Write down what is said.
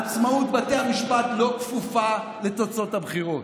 עצמאות בתי המשפט לא כפופה לתוצאות הבחירות.